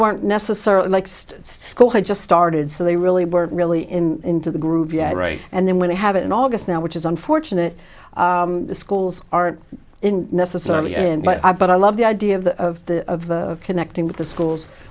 weren't necessarily like sed school had just started so they really weren't really in into the groove yet right and then when they have it in august now which is unfortunate the schools aren't in necessarily and but i but i love the idea of the of connecting with the schools